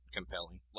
Compelling